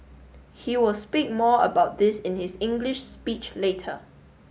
he will speak more about this in his English speech later